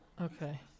okay